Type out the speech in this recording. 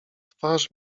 twarz